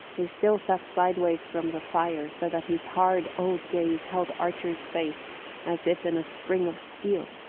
he still sat sideways from the fire, so that his hard old gaze held archer's face as if in a spring of steel.